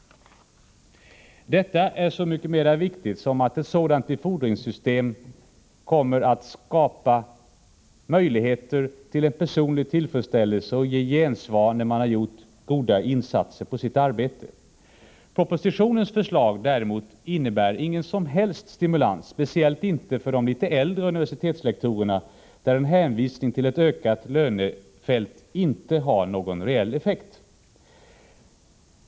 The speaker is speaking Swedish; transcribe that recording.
Detta är så mycket mer viktigt då ett sådant befordringssystem skulle skapa möjligheter till personlig tillfredsställelse och innebära gensvar när man har gjort goda insatser i sitt arbete. Propositionens förslag däremot innebär ingen som helst stimulans, speciellt inte för de litet äldre universitetslektorerna, där en hänvisning till ett ökat lönefält inte har någon reell effekt.